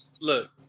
Look